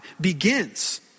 begins